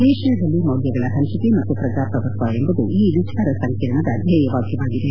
ಏಷ್ನಾದಲ್ಲಿ ಮೌಲ್ಲಗಳ ಪಂಚಿಕೆ ಮತ್ತು ಪ್ರಉಜಾಪ್ರಭುತ್ವ ಎಂಬುದು ಈ ಎಚಾರ ಸಂಕಿರಣದ ಧ್ನೇಯವಾಕ್ಸವಾಗಿದೆ